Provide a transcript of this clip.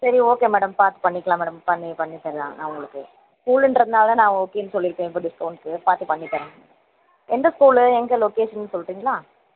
சரி okay madam பார்த்து பண்ணிக்கலாம் மேடம் பண்ணி பண்ணித்தரலாம் நான் உங்களுக்கு ஸ்கூலுன்றதுனால தான் நான் ஓகேன்னு சொல்லி இருக்கேன் இப்போ டிஸ்கவுண்ட்டுக்கு பார்த்து பண்ணித்தரேன் எந்த ஸ்கூலு எங்கே லொக்கேஷன் சொல்கிறிங்களா